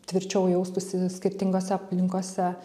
tvirčiau jaustųsi skirtingose aplinkose